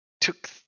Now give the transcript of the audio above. took